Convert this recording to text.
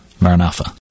Maranatha